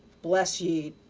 bless ye!